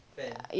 fan